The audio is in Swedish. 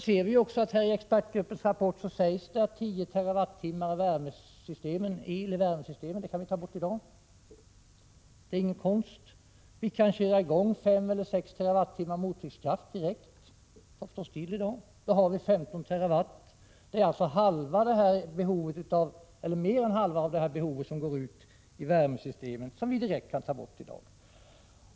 Redan nu kan vi se att det i expertgruppens rapport sägs att 10 TWh el i värmesystemet kan tas bort i dag — det är ingen konst. Vi kan köra i gång 5-6 TWh mottryckskraft direkt — de aggregaten står stilla i dag. Då har vi 15 TWh. Det är alltså mer än halva mängden som går ut i värmesystemet som vi direkt kan ta bort i dag.